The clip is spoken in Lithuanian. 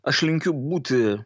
aš linkiu būti